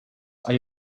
are